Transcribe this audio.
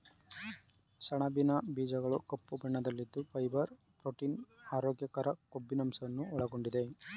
ಸಣಬಿನ ಬೀಜಗಳು ಕಪ್ಪು ಬಣ್ಣದಲ್ಲಿದ್ದು ಫೈಬರ್, ಪ್ರೋಟೀನ್, ಆರೋಗ್ಯಕರ ಕೊಬ್ಬಿನಂಶವನ್ನು ಒಳಗೊಂಡಿದೆ